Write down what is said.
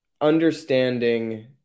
understanding